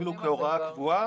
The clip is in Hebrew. אפילו כהוראה קבועה.